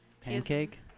Pancake